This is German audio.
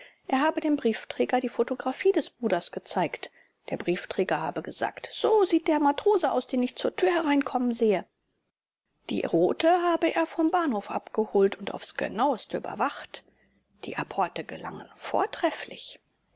er habe dem briefträger die photographie des bruders gezeigt der briefträger habe gesagt so sieht der matrose aus den ich zur tür hereinkommen sehe die rothe habe er vom bahnhof abgeholt und aufs genaueste überwacht die apporte gelangen vortrefflich